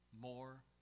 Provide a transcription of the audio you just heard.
more